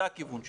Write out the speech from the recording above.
זה הכיוון שלי.